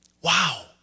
Wow